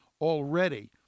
already